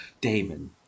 Damon